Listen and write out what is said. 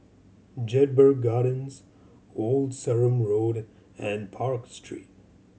Jedburgh Gardens Old Sarum Road and Park Street